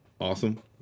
awesome